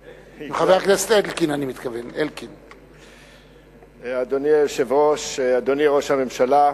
הממשלה, אדוני היושב-ראש, אדוני ראש הממשלה,